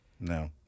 No